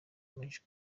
menshi